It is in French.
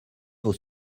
vos